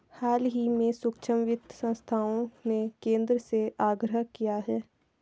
हाल ही में सूक्ष्म वित्त संस्थाओं ने केंद्र से आग्रह किया है